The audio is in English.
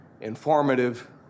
informative